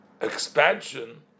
expansion